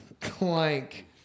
clank